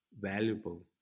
valuable